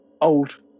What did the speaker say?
old